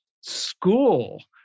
school